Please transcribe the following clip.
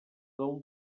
del